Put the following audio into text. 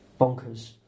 bonkers